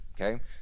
Okay